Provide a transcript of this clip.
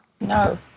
No